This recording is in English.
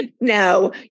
No